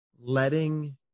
letting